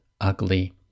ugly